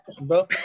bro